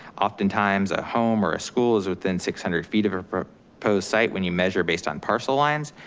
oftentimes a home or a school is within six hundred feet of a post site when you measure based on parcel lines,